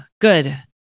Good